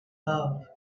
love